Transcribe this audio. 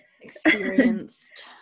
experienced